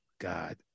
god